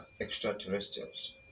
extraterrestrials